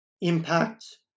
impact